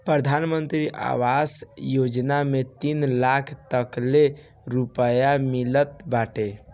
प्रधानमंत्री आवास योजना में तीन लाख तकले रुपिया मिलत बाटे